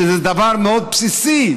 שזה דבר מאוד בסיסי,